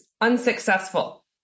unsuccessful